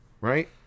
Right